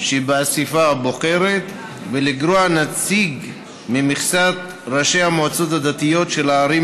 שבאספה הבוחרת ולגרוע נציג ממכסת ראשי המועצות הדתיות של הערים